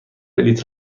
بلیط